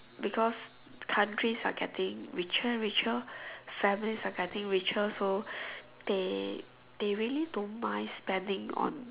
because countries are getting richer and richer families are getting richer so they they really don't mind spending on